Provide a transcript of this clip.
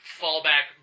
fallback